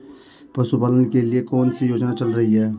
पशुपालन के लिए कौन सी योजना चल रही है?